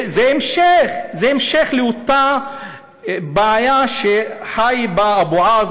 זה המשך לאותה בעיה שהוא חי בה,